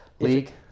league